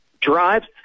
drives